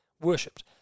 worshipped